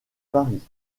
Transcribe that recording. paris